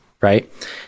Right